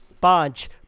punch